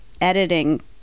Editing